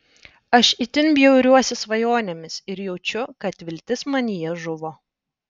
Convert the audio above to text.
aš itin bjauriuosi svajonėmis ir jaučiu kad viltis manyje žuvo